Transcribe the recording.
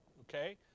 okay